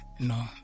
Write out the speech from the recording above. No